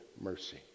mercy